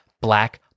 Black